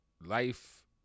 life